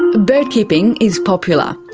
bird keeping is popular.